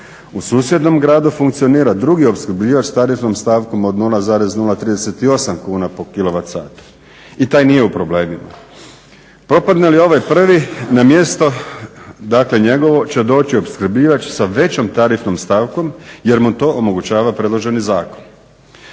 u susjednom gradu funkcionira drugi opskrbljivač s tarifnom stavkom od 0,038 kuna po kilovat satu i taj nije u problemima. Propadne li ovaj prvi na mjesto, dakle njegovo će doći opskrbljivač sa većom tarifnom stavkom jer mu to omogućava predloženi zakon.